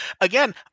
Again